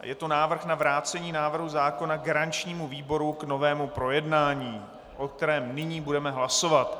Je to návrh na vrácení návrhu zákona garančnímu výboru k novému projednání, o kterém nyní budeme hlasovat.